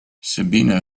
sabina